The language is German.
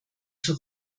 zur